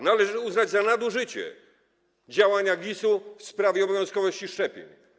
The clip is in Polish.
Należy uznać za nadużycie działania GIS w sprawie obowiązkowości szczepień.